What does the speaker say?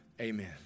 Amen